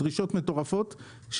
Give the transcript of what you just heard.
דרישות מטורפות.